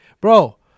Bro